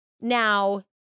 Now